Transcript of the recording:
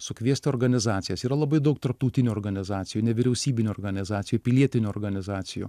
sukviesti organizacijas yra labai daug tarptautinių organizacijų nevyriausybinių organizacijų pilietinių organizacijų